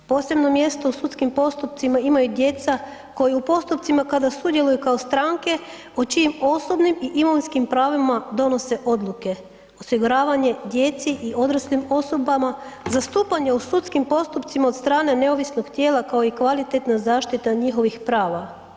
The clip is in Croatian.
Posebno mjesto u sudskim postupcima imaju djeca koja u postupcima kada sudjeluju kao stranke o čijim osobnim i imovinskim pravima donose odluke, osiguravanje djeci i odraslim osobama zastupanje u sudskim postupcima od strane neovisnog tijela kao i kvalitetna zaštita njihovih prava.